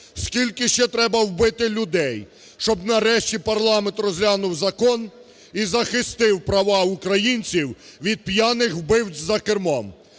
Скільки ще треба вбити людей, щоб нарешті парламент розглянув закон - і захистив права українців від п'яних вбивць за кермом?